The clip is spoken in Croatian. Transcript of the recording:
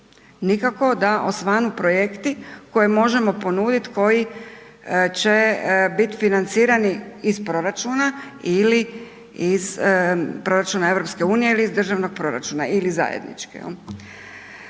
Nikako da osvanu projekti koje možemo ponuditi, koji će biti financirani iz proračuna ili iz proračuna EU ili iz državnog proračuna ili zajednički,